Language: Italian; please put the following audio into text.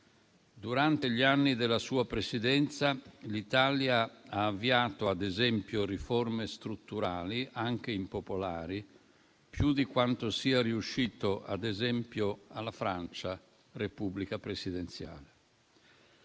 Durante gli anni della sua Presidenza, l'Italia ha avviato riforme strutturali, anche impopolari, più di quanto sia riuscito, ad esempio, alla Francia, Repubblica presidenziale.